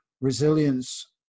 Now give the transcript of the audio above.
resilience